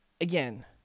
again